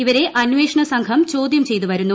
ഇവരെ അന്വേഷണ സംഘം ചോദ്യം ചെയ്ത് വരുന്നു